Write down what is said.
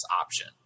option